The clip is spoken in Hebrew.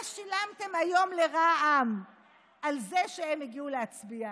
מה שילמתם היום לרע"מ על זה שהם הגיעו להצביע?